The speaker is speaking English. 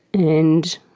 and